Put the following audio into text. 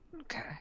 Okay